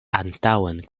antaŭen